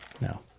No